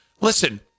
Listen